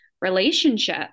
relationship